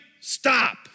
stop